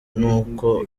n’uko